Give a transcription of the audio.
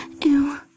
ew